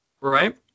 right